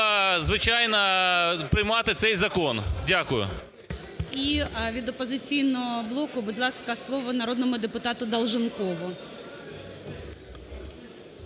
звичайно, приймати цей закон. Дякую. ГОЛОВУЮЧИЙ. І від "Опозиційного блоку", будь ласка, слово народному депутату Долженкову.